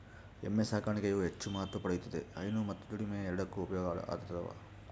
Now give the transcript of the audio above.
ಎಮ್ಮೆ ಸಾಕಾಣಿಕೆಯು ಹೆಚ್ಚು ಮಹತ್ವ ಪಡೆಯುತ್ತಿದೆ ಹೈನು ಮತ್ತು ದುಡಿಮೆ ಎರಡಕ್ಕೂ ಉಪಯೋಗ ಆತದವ